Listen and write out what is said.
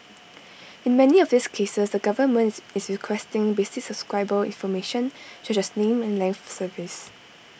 in many of these cases the government is is requesting basic subscriber information such as name and length of service